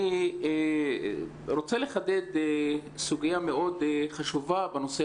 אני רוצה לחדד סוגיה מאוד חשובה בנושא